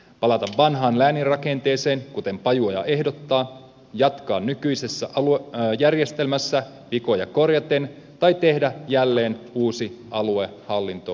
palata vanhaan läänirakenteeseen kuten pajuoja ehdottaa jatkaa nykyisessä järjestelmässä vikoja korjaten tai tehdä jälleen uusi aluehallintouudistus